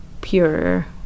pure